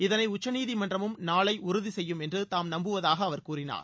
இதனை உச்சநீதிமன்றமும் நாளை உறுதி செய்யும் என்று தாம் நம்புவதாக அவர் கூறினார்